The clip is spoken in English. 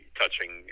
touching